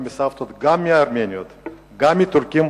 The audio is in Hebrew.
גם מהארמניות וגם מהטורקים,